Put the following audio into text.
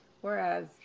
whereas